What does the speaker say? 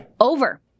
over